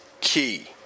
key